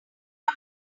not